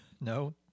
No